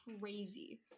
crazy